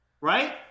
Right